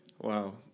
Wow